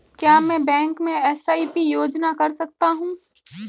क्या मैं बैंक में एस.आई.पी योजना कर सकता हूँ?